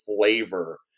flavor